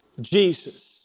Jesus